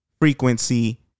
frequency